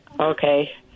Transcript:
Okay